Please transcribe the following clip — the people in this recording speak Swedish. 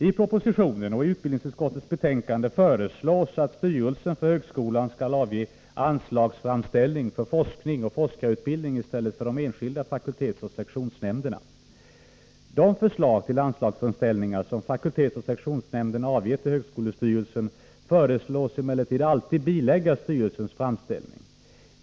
I propositionen och i utbildningsutskottets betänkande föreslås att styrelsen för högskolan skall avge anslagsframställning för forskning och forskarutbildning i stället för de skilda fakultetsoch sektionsnämnderna. De förslag till anslagsframställningar som fakultetsoch sektionsnämnderna avger till högskolestyrelsen föreslås emellertid alltid biläggas styrelsens framställning.